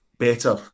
better